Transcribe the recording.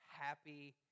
happy